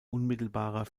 unmittelbarer